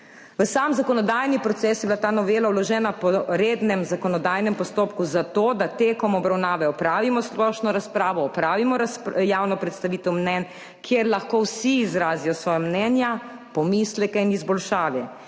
V sam zakonodajni proces je bila ta novela vložena po rednem zakonodajnem postopku zato, da tekom obravnave opravimo splošno razpravo, opravimo javno predstavitev mnenj, kjer lahko vsi izrazijo svoja mnenja, pomisleke in izboljšave.